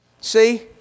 See